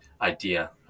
idea